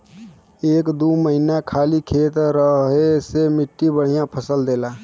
एक दू महीना खाली खेत रहे से मट्टी बढ़िया फसल देला